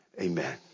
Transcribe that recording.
Amen